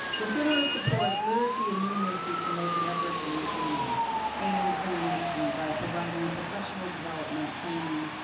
the centre supports literacy and numeracy promotion efforts in new zealand and internationally by providing professional development training,